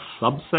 subset